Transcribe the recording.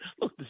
look